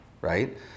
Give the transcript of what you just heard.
right